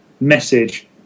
message